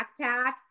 backpack